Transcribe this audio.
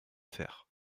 faire